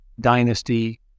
dynasty